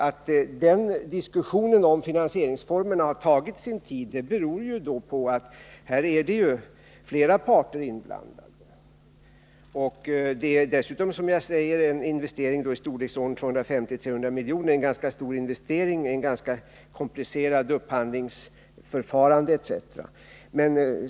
Att diskussionen om finansieringsformerna har tagit sin tid beror på att flera parter är inblandade. Dessutom gäller det en investering i storleksordningen 250-300 miljoner, ett ganska komplicerat upphandlingsförfarande etc.